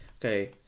Okay